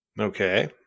Okay